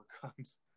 comes